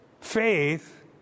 faith